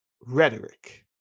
rhetoric